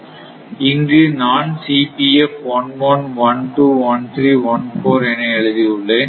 இங்கு நான் என எழுதியுள்ளேன்